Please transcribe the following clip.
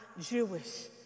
Jewish